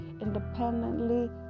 independently